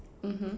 mmhmm